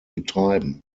betreiben